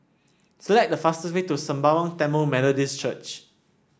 select the fastest way to Sembawang Tamil Methodist Church